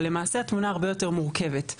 אבל למעשה התמונה הרבה יותר מורכבת.